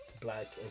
black